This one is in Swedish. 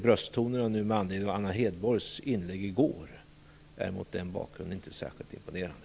Brösttonerna nu med anledning av Anna Hedborgs inlägg i går är mot den bakgrunden inte särskilt imponerande.